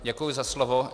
Děkuji za slovo.